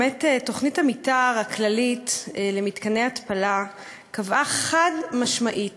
באמת תוכנית המתאר הכללית למתקני התפלה קבעה חד-משמעית